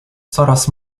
coraz